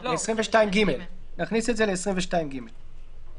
יכול להיות שכעניין נוסחי אחרי זה נכניס את כל "בשפה המובנת לו"